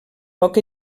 poc